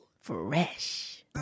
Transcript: fresh